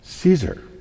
Caesar